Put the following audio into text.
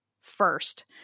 first